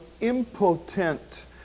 impotent